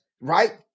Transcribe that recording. right